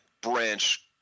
branch